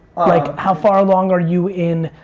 like, how far along are you in?